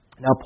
Now